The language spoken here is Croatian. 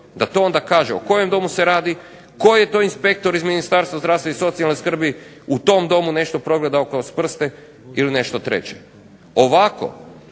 dužnost da kaže o kojem se domu radi, koji inspektor iz Ministarstva zdravstva i socijalne skrbi u tom domu nešto progledao kroz prste ili nešto treće. Ovako